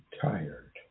tired